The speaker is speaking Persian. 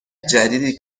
جدیدی